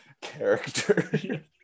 character